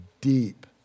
deep